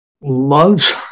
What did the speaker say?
loves